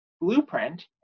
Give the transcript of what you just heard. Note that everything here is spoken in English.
blueprint